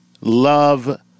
love